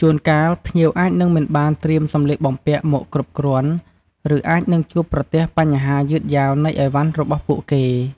ជួនកាល ភ្ញៀវអាចនឹងមិនបានត្រៀមសម្លៀកបំពាក់មកគ្រប់គ្រាន់ ឬអាចនឹងជួបប្រទះបញ្ហាយឺតយ៉ាវនៃឥវ៉ាន់របស់ពួកគេ។